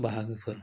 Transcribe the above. बाहागोफोर